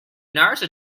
nurse